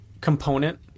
component